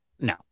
No